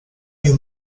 you